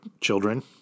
children